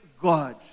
God